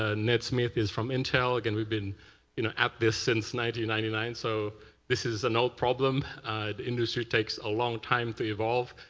ah ned smith is from intel. like and we've been you know at this from ninety ninety nine. so this is an old problem. the industry takes a long time to evolve.